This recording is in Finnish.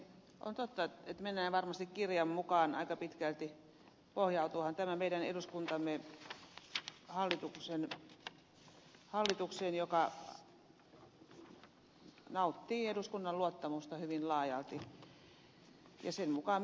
on totta että mennään varmasti kirjan mukaan aika pitkälti pohjautuuhan tämä meidän eduskuntamme hallitukseen joka nauttii eduskunnan luottamusta hyvin laajalti ja sen mukaan mennään